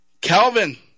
Calvin